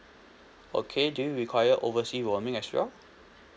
okay do you require oversea roaming as well